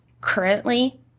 currently